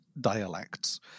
dialects